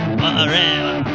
forever